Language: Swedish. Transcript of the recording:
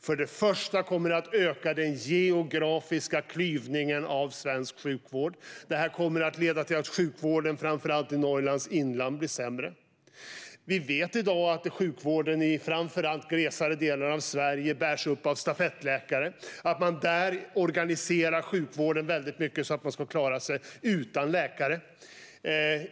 För det första kommer det att öka den geografiska klyvningen av svensk sjukvård. Det kommer att leda till att sjukvården i framför allt Norrlands inland blir sämre. Vi vet att sjukvården i framför allt glesare delar av Sverige i dag bärs upp av stafettläkare. Där organiserar man sjukvården mycket så att man ska klara sig utan läkare.